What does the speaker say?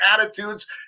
attitudes